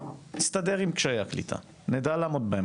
נסתדר עם קשיי הקליטה, נדע לעמוד בהם.